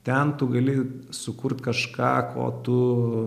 ten tu gali sukurt kažką ko tu